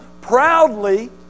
proudly